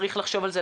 צריך לחשוב על זה,